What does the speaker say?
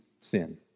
sin